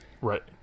right